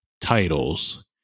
titles